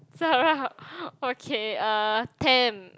Zara okay uh temp